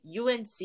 UNC